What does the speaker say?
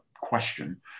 question